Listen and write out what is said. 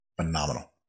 phenomenal